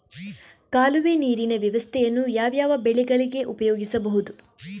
ಕಾಲುವೆ ನೀರಿನ ವ್ಯವಸ್ಥೆಯನ್ನು ಯಾವ್ಯಾವ ಬೆಳೆಗಳಿಗೆ ಉಪಯೋಗಿಸಬಹುದು?